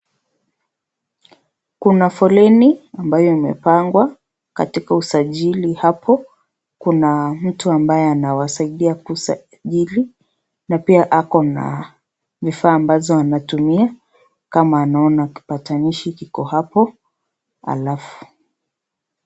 Kuna foleni ambayo imepangwa katika usajili hapo, kuna mtu ambaya anawasaidia kusajili, na pia ako na vifaa ambazo anatunia kama anaona kipatanishi kiko hapo.